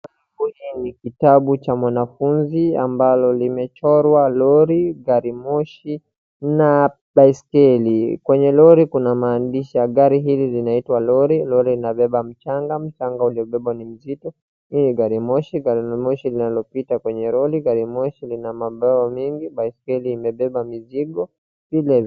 Hiki ni kitabu cha mwanafunzi ambacho kimechorwa lori, gari moshi na baiskeli. Kwenye lori kuna maandishi ya gari hili linaitwa lori, lori limebeba mchanga, mchanga uliobebwa ni mzito, hii ni garimoshi, garimoshi inapita kwenye reli, garimoshi lina mabehewa mingi, baiskeli imebeba mizigo.